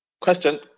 Question